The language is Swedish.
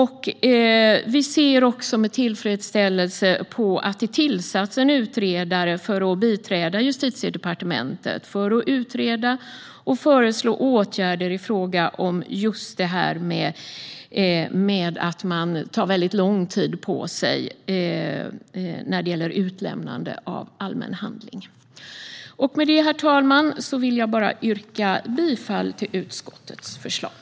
Vi ser även med tillfredsställelse på att en utredare tillsatts för att biträda Justitiedepartementet i att utreda och förslå åtgärder vad gäller att det tar lång tid för utlämnande av allmän handling. Jag vill yrka bifall till utskottets förslag.